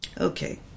Okay